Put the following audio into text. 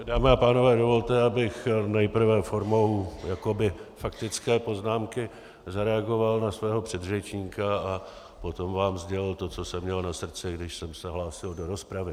Dámy a pánové, dovolte, abych nejprve formou jakoby faktické poznámky zareagoval na svého předřečníka a potom vám sdělil to, co jsem měl na srdci, když jsem se hlásil do rozpravy.